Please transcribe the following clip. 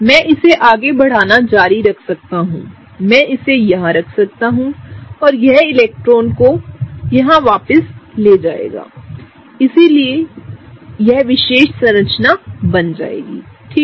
मैं इसे आगे बढ़ाना जारी रख सकता हूं मैं इसे यहां रख सकता हूंऔरयह इलेक्ट्रॉनों को यहां वापस ले जाएगा जिससे यह विशेष संरचना बन जाएगी ठीक है